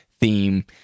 theme